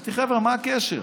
אמרתי: חבר'ה, מה הקשר?